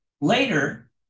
later